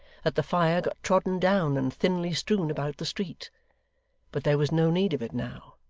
that the fire got trodden down and thinly strewn about the street but there was no need of it now,